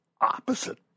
opposite